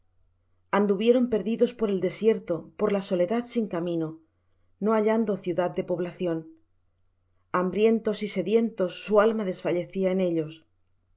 anduvieron perdidos por el desierto por la soledad sin camino no hallando ciudad de población hambrientos y sedientos su alma desfallecía en ellos